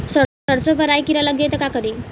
सरसो पर राही किरा लाग जाई त का करी?